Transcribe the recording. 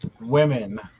Women